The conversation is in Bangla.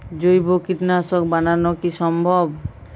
জৈব কীটনাশক বানানো কি সম্ভব?